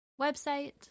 website